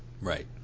Right